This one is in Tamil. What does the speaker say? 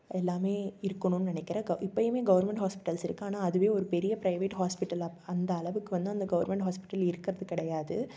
எல்லாமே இருக்கணும்னு நினைக்கிறேன் க இப்போயுமே கவர்மெண்ட் ஹாஸ்பிட்டல்ஸ் இருக்குது ஆனால் அதுவே ஒரு பெரிய ப்ரைவேட் ஹாஸ்பிட்டலாக அந்த அளவுக்கு வந்து அந்த கவர்மெண்ட் ஹாஸ்பிட்டல் இருக்கிறது கிடையாது